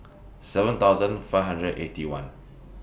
seven thousand five hundred and Eighty One